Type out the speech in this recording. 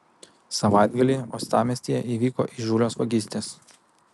savaitgalį uostamiestyje įvyko įžūlios vagystės